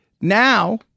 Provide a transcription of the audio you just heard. Now